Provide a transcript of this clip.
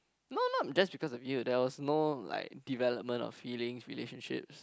no not just because of you there was no like development or feelings relationships